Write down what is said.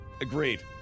Agreed